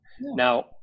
Now